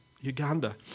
Uganda